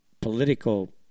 political